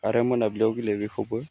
आरो मोनाबिलियाव गेलेयो बेखौबो